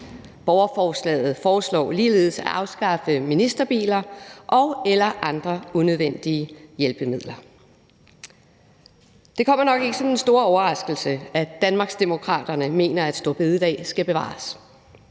borgerforslaget foreslår man ligeledes at afskaffe ministerbiler og/eller andre unødvendige hjælpemidler. Det kommer nok ikke som den store overraskelse, at Danmarksdemokraterne mener, at store bededag skal bevares.